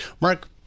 Mark